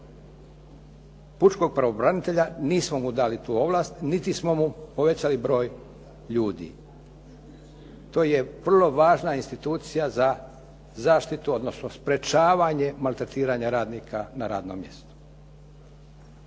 Pučkog pravobranitelja? Nismo mu dali tu ovlast niti smo mu povećali broj ljudi. To je vrlo važna institucija za zaštitu, odnosno sprječavanje maltretiranja radnika na radnom mjestu.